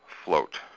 float